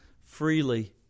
Freely